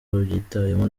babyitwayemo